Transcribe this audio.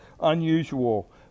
unusual